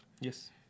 Yes